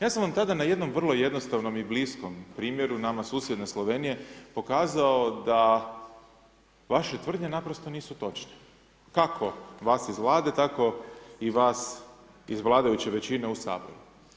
Ja sam vam tada na jednom vrlo jednostavnom i bliskom primjeru nama susjedne Slovenije, pokazao da vaše tvrdnje naprosto nisu točne, kako vas iz Vlade, tako i vas iz vladajuće većine u Saboru.